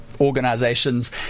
Organizations